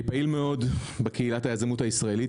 אני פעיל מאוד בקהילת היזמות הישראלית.